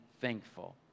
thankful